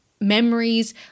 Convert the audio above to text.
memories